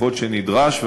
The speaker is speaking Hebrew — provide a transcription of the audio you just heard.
ככל שנדרש.